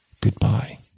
Goodbye